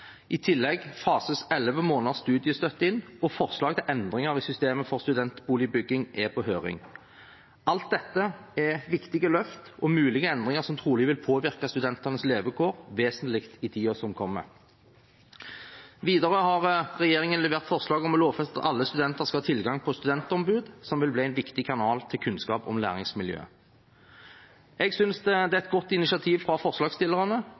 elleve måneders studiestøtte fases inn forslag til endringer i systemet for studentboligbygging er på høring Alt dette er viktige løft og mulige endringer som trolig vil påvirke studentenes levekår vesentlig i tiden som kommer. Videre har regjeringen levert forslag om å lovfeste at alle studenter skal ha tilgang på studentombud, som vil bli en viktig kanal for kunnskap om læringsmiljø. Jeg synes dette er et godt initiativ fra forslagsstillerne,